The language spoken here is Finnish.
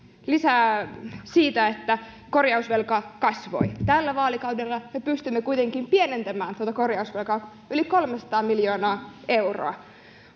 lisää siitä että korjausvelka kasvoi tällä vaalikaudella me pystymme kuitenkin pienentämään tätä korjausvelkaa yli kolmesataa miljoonaa euroa